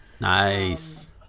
Nice